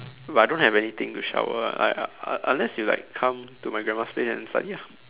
but I don't have anything to shower I I I unless like you come to my grandma's place and study ah